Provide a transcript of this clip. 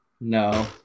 No